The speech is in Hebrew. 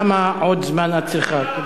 כמה עוד זמן את צריכה?